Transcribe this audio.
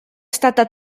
stata